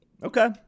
Okay